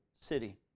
city